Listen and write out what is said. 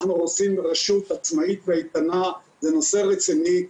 אנחנו רוצים רשות עצמאית ואיתנה בנושא רציני.